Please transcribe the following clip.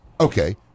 Okay